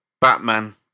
Batman